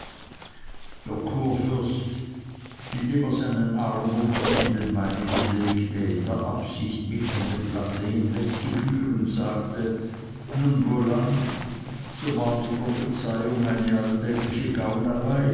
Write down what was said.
der kurfürst indem er seinen arm munter in den meinigen legte in der absicht mich von dem platz hinwegzuführen sagte nun wohlan so war die prophezeiung eine alltägliche gaunerei